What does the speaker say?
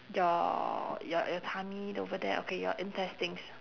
your your your tummy over there okay your intestines